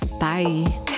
Bye